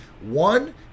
One